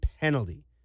penalty